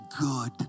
good